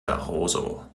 barroso